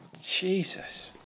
Jesus